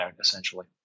essentially